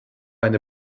eine